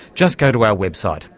just go to our website.